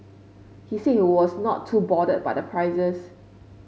he said he was not too bothered by the prices